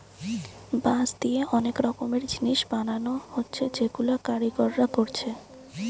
বাঁশ দিয়ে অনেক রকমের জিনিস বানানা হচ্ছে যেগুলা কারিগররা কোরছে